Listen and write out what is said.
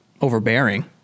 overbearing